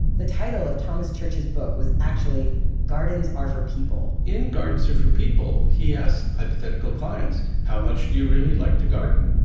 the title of thomas church's book was actually gardens are for people. in gardens are for people, he asked hypothetical clients, how much do you really like to garden.